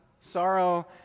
sorrow